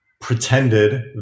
pretended